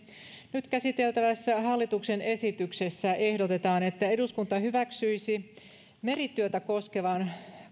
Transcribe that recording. nyt käsiteltävässä hallituksen esityksessä ehdotetaan että eduskunta hyväksyisi merityötä koskevan